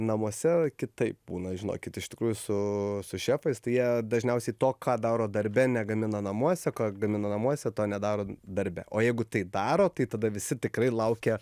namuose kitaip būna žinokit iš tikrųjų su su šefais tai jie dažniausiai to ką daro darbe negamina namuose gamina namuose to nedaro darbe o jeigu tai daro tai tada visi tikrai laukia